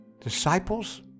Disciples